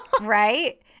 right